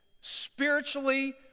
spiritually